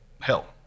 hell